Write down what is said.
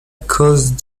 cause